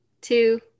two